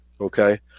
okay